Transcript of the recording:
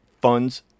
funds